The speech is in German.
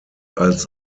als